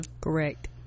correct